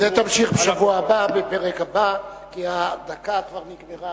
תמשיך בשבוע הבא, בפרק הבא, כי הדקה כבר נגמרה.